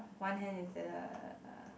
one hand is the other